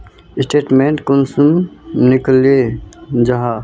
Statement कुंसम निकले जाहा?